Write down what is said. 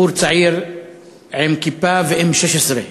בחור צעיר עם כיפה ו-M16,